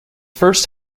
first